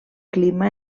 clima